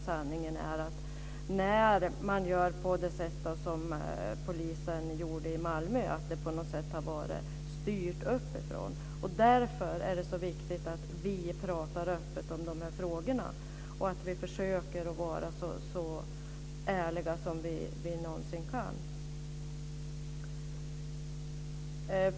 Sanningen är kanske att det sätt som polisen uppträdde på i Malmö var styrt uppifrån. Därför är det så viktigt att vi pratar öppet om dessa frågor och att vi försöker att vara så ärliga som vi någonsin kan.